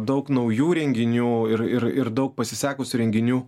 daug naujų renginių ir ir ir daug pasisekusių renginių